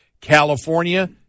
California